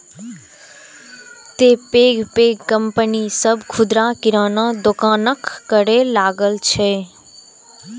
तें पैघ पैघ कंपनी सभ खुदरा किराना दोकानक करै लागल छै